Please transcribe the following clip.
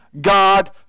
God